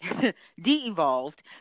de-evolved